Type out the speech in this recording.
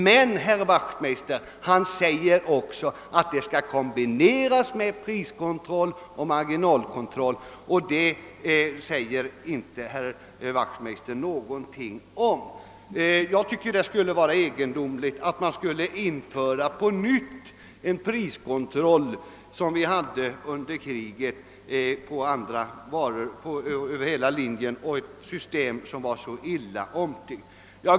Men han säger också att detta system skall kombineras med priskontroll och marginalkontroll, vilket herr Wachtmeister inte säger något om. Jag finner det egendomligt, om man på nytt skulle införa en priskontroll som vi hade under kriget över hela fältet av varor, ett system som var så illa omtyckt.